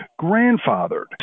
grandfathered